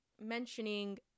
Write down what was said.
mentioning